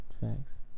Thanks